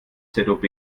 zob